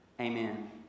Amen